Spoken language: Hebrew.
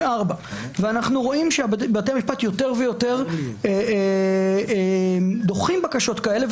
4. אנחנו רואים שבתי המשפט יותר ויותר דוחים בקשות כאלה,